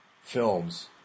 films